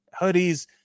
hoodies